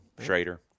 schrader